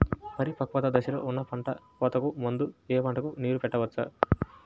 పరిపక్వత దశలో ఉన్న పంట కోతకు ముందు పంటకు నీరు పెట్టవచ్చా?